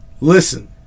Listen